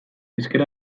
ezker